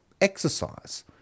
exercise